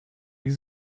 wie